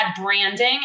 branding